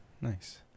Nice